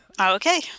Okay